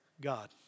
God